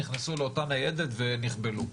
נכנסו לאתה ניידת ונכבלו.